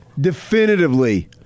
Definitively